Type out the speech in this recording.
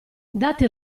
dati